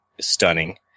stunning